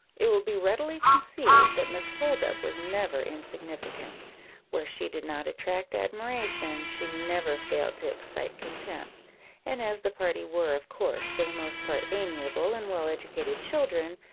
it will be readily conceived that miss holdup was never insignificant where she did not attract admiration, she never failed to excite contempt and as the party were, of course, for the most part amiable and well-educated children,